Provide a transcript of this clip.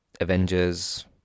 Avengers